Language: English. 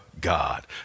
God